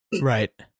right